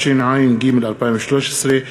התשע"ג 2013,